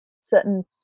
certain